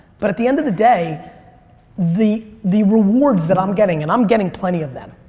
but at the end of the day the the rewards that i'm getting and i'm getting plenty of them,